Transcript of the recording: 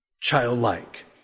childlike